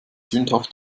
sündhaft